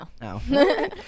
No